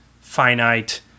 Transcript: finite